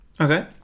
Okay